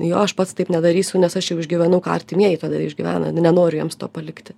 jo aš pats taip nedarysiu nes aš jau išgyvenau ką artimieji tada išgyvena ne nenoriu jiems to palikti